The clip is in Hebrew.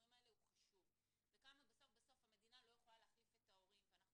החיבורים האלה הוא חשוב וכמה בסוף המדינה לא יכולה להחליף את ההורים וכי